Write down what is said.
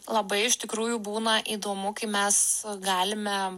labai iš tikrųjų būna įdomu kai mes galime